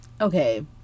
Okay